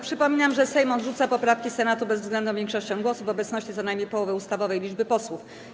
Przypominam, że Sejm odrzuca poprawki Senatu bezwzględną większością głosów w obecności co najmniej połowy ustawowej liczby posłów.